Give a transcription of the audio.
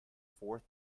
fourth